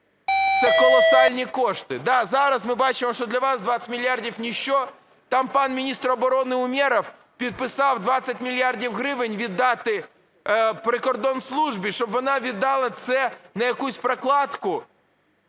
Це колосальні кошти. Да, зараз ми бачимо, що для вас 20 мільярдів – ніщо. Там пан міністр оборони Умєров підписав 20 мільярдів гривень віддати прикордонслужбі, щоб вона віддала це на якусь прокладку